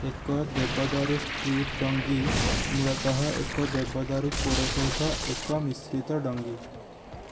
ଏକ ଦେବଦାରୁ ଷ୍ଟ୍ରିପ୍ ଡଙ୍ଗୀ ମୂଳତଃ ଏକ ଦେବଦାରୁ କୋର ସହିତ ଏକ ମିଶ୍ରିତ ଡଙ୍ଗୀ